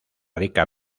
rica